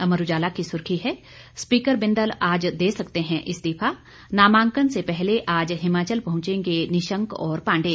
अमर उजाला की सुर्खी है स्पीकर बिंदल आज दे सकते हैं इस्तीफा नामांकन से पहले आज हिमाचल पहुंचेंगे निशंक और पांडे